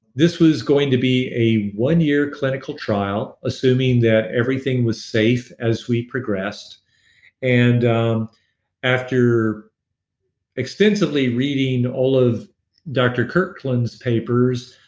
this was going to a be a one-year clinical trial, assuming that everything was safe as we progressed and after extensively reading all of dr. kirkland's papers,